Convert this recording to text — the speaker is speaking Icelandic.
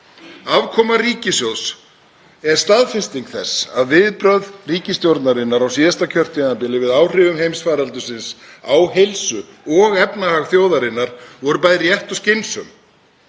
Afkoma ríkissjóðs er staðfesting þess að viðbrögð ríkisstjórnarinnar á síðasta kjörtímabili við áhrifum heimsfaraldursins á heilsu og efnahag þjóðarinnar voru bæði rétt og skynsamleg.